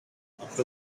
after